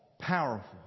powerful